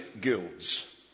guilds